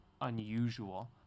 unusual